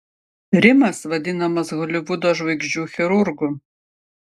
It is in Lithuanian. rimas vadinamas holivudo žvaigždžių chirurgu